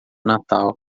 natal